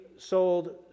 sold